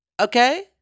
Okay